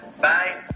Bye